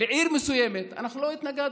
לעיר מסוימת, אנחנו לא התנגדנו.